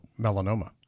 melanoma